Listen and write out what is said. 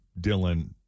Dylan